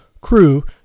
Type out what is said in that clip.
crew